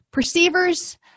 perceivers